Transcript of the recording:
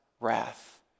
wrath